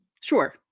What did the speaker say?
sure